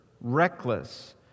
reckless